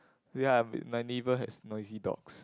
ya m~ my neighbour has noisy dogs